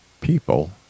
people